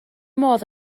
modd